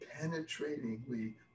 penetratingly